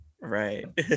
Right